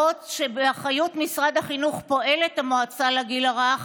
בעוד שבאחריות משרד החינוך פועלת המועצה לגיל הרך,